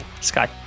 Sky